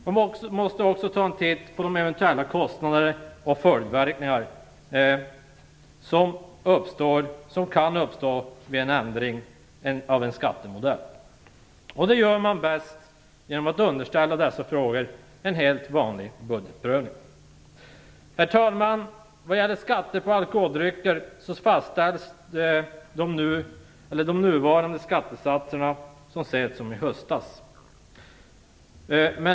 Man måste också ta en titt på de eventuella kostnader och följdverkningar som kan uppstå vid en ändring av en skattemodell. Det gör man bäst genom att underställa dessa frågor en helt vanlig budgetprövning. Herr talman! De nuvarande skattesatserna på alkoholdrycker fastställdes så sent som i höstas.